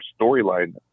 storyline